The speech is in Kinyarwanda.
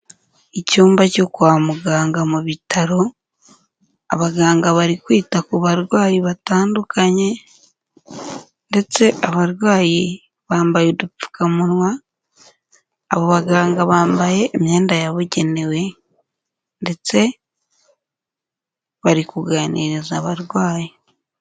Icyumba cyo kwa muganga mu bitaro, abaganga bari kwita ku barwayi batandukanye ndetse abarwayi bambaye udupfukamunwa, abo baganga bambaye imyenda yabugenewe ndetse bari kuganiriza abarwayi.